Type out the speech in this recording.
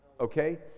Okay